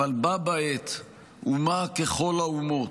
אבל בה בעת אומה ככל האומות,